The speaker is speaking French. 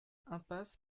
impasse